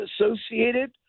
associated